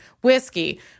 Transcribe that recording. whiskey—